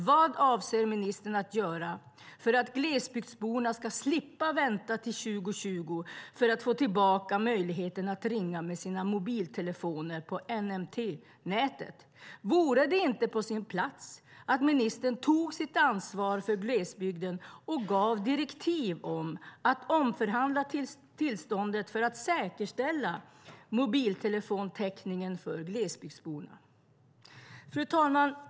Vad avser ministern göra för att glesbygdsborna ska slippa vänta till 2020 för att få tillbaka möjligheten att ringa med sina mobiltelefoner på NMT-nätet? Vore det inte på sin plats att ministern tog sitt ansvar för glesbygden och gav direktiv om att omförhandla tillståndet för att säkerställa mobiltelefontäckningen för glesbygdsborna? Fru talman!